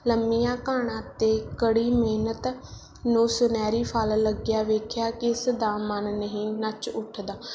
ਲੰਮੀਆਂ ਘਾਲਣਾਂ ਅਤੇ ਕੜੀ ਮਿਹਨਤ ਨੂੰ ਸੁਨਹਿਰੀ ਫਲ ਲੱਗਿਆ ਵੇਖਿਆਂ ਕਿਸ ਦਾ ਮਨ ਨਹੀਂ ਨੱਚ ਉੱਠਦਾ